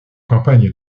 campagnes